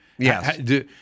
Yes